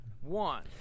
one